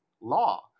law